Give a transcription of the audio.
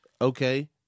Okay